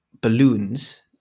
balloons